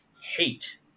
hate